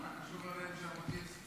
מה קשור אליהם ז'בוטינסקי?